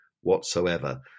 whatsoever